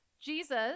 Jesus